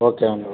okay అండి okay